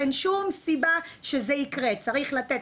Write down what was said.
אין שום סיבה שזה יקרה, צריך לתת